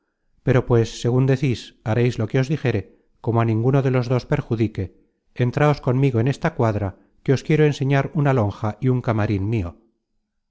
pero pues segun decis hareis lo que os dijere como á ninguno de los dos perjudique entráos conmigo en esta cuadra que os quiero enseñar una lonja y un camarin mio